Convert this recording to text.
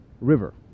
river